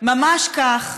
ממש כך,